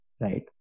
right